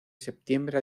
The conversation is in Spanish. septiembre